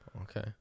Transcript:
Okay